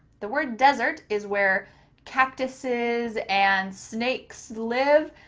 the word desert is where cactuses and snakes live,